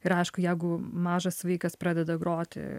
ir aišku jeigu mažas vaikas pradeda groti